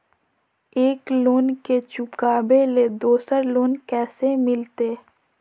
एक लोन के चुकाबे ले दोसर लोन कैसे मिलते?